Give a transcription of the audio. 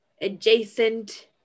adjacent